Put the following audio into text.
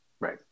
Right